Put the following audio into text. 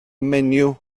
menyw